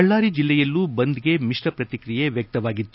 ಬಳ್ಳಾರಿ ಜಲ್ಲೆಯಲ್ಲೂ ಬಂದ್ಗೆ ಮಿಶ್ರ ಪ್ರತಿಕ್ರಿಯೆ ವ್ಯಕ್ತವಾಗಿತ್ತು